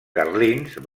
carlins